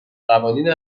قوانین